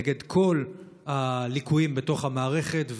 נגד כל הליקויים במערכת,